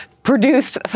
Produced